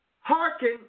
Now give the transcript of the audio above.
hearken